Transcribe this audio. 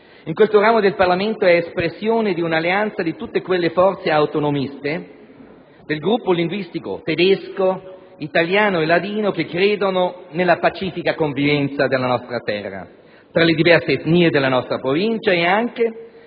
in questo ramo del Parlamento è espressione di un'alleanza di tutte quelle forze autonomiste, del gruppo linguistico tedesco, italiano e ladino, che credono nella pacifica convivenza nella nostra terra tra le diverse etnie della nostra Provincia e che,